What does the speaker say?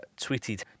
tweeted